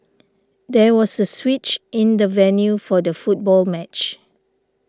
there was a switch in the venue for the football match